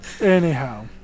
Anyhow